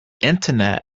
internet